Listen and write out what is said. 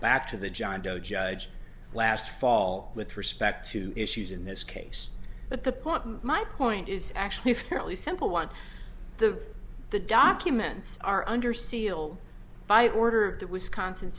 back to the john doe judge last fall with respect to issues in this case but the point my point is actually a fairly simple one the the documents are under seal by order of the wisconsin